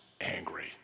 angry